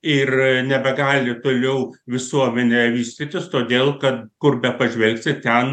ir nebegali toliau visuomenė vystytis todėl kad kur bepažvelgsi ten